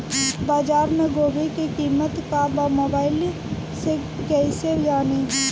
बाजार में गोभी के कीमत का बा मोबाइल से कइसे जानी?